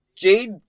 Jade